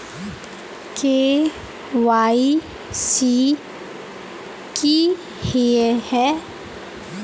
KYC की हिये है?